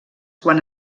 quan